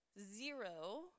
zero